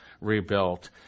rebuilt